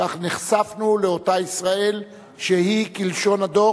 כך נחשפנו לאותה ישראל שהיא, כלשון הדוח,